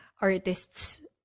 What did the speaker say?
artists